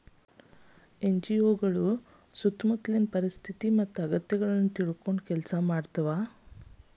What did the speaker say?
NGO ಗಳು ಸ್ಥಳೇಯರ ಪರಿಸ್ಥಿತಿ ಮತ್ತ ಅಗತ್ಯಗಳನ್ನ ತಿಳ್ಕೊಂಡ್ ಕೆಲ್ಸ ಮಾಡ್ತವಾ